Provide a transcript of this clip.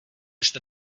jsme